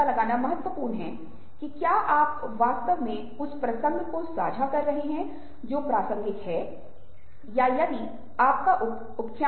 इसलिए और सौंदर्यपूर्ण भावनाएं जहां आप देखते हैं कि आप एक कहानी पढ़ रहे हैं और अगर कहानी उदास है तो आप कहानी से दुखी हैं